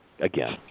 Again